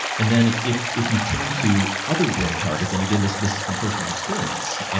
and then, if if you turn to other brain targets, and again, this this is from personal experience,